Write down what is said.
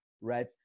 right